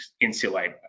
insulate